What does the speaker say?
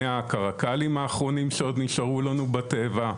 מהקרקלים האחרונים שעוד נשארו לנו בטבע.